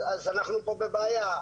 אז אנחנו פה בבעיה.